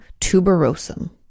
tuberosum